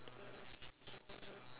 <S